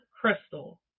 Crystal